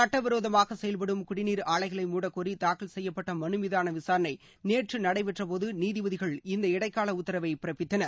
சுட்டவிரோதமாக செயல்படும் குடிநீர் ஆலைகளை மூடக்கோரி தாக்கல் செய்யப்பட்ட மனு மீதான விசாரணை நேற்று நடைபெற்றபோது நீதிபதிகள் இந்த இடைக்கால உத்தரவை பிறப்பித்தனர்